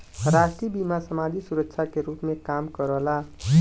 राष्ट्रीय बीमा समाजिक सुरक्षा के रूप में काम करला